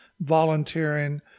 volunteering